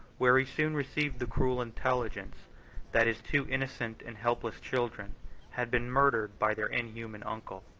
where he soon received the cruel intelligence that his two innocent and helpless children had been murdered by their inhuman uncle.